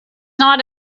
not